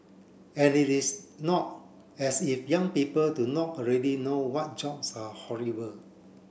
and it is not as if young people do not already know what jobs are horrible